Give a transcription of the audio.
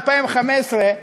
2015,